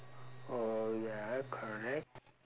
oh ya correct